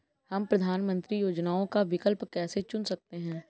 हम प्रधानमंत्री योजनाओं का विकल्प कैसे चुन सकते हैं?